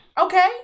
Okay